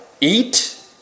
eat